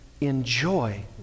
enjoy